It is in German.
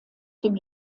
dem